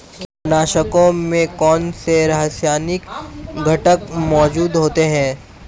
कीटनाशकों में कौनसे रासायनिक घटक मौजूद होते हैं?